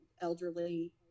elderly